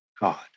God